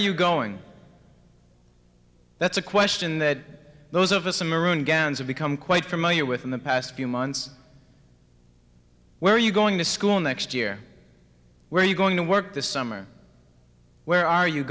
you going that's a question that those of us a maroon ganz have become quite familiar with in the past few months where are you going to school next year where are you going to work this summer where are you